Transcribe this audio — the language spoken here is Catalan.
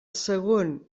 segon